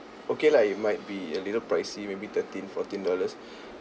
okay lah it might be a little pricey maybe thirteen fourteen dollars